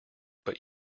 but